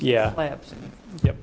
yeah yeah